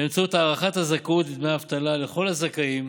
באמצעות הארכת הזכאות לדמי אבטלה לכל הזכאים